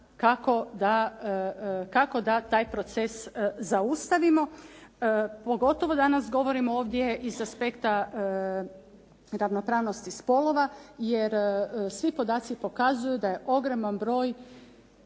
kako da taj proces zaustavimo. Pogotovo danas govorimo ovdje i s aspekta ravnopravnosti spolova, jer svi podaci pokazuju da je ogroman broj